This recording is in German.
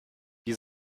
wie